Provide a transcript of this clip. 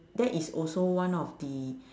that is also one of the